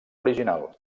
original